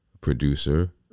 producer